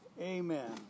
Amen